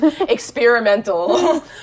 experimental